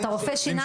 אתה רופא שיניים?